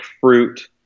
fruit